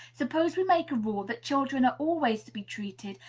suppose we make a rule that children are always to be treated,